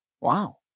Wow